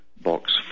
Box